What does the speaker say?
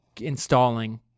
installing